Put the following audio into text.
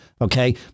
okay